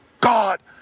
God